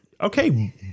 Okay